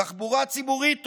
תחבורה ציבורית טובה,